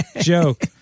Joke